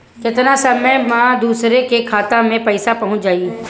केतना समय मं दूसरे के खाता मे पईसा पहुंच जाई?